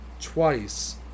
twice